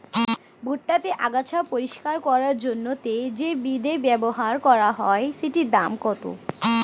ভুট্টা তে আগাছা পরিষ্কার করার জন্য তে যে বিদে ব্যবহার করা হয় সেটির দাম কত?